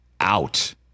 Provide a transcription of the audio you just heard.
out